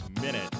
Minute